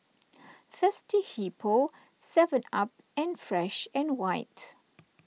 Thirsty Hippo Seven Up and Fresh and White